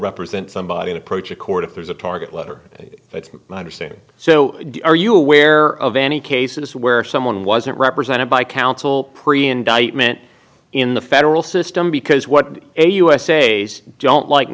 represent somebody an approach a court if there's a target letter it's my understanding so are you aware of any cases where someone wasn't represented by counsel pre indictment in the federal system because what a usas don't like